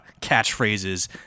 catchphrases